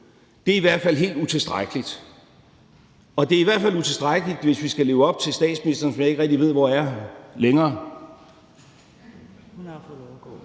onde, er i hvert fald helt utilstrækkeligt, og det er i hvert fald utilstrækkeligt, hvis vi skal leve op til statsministerens, som jeg ikke rigtig ved hvor er længere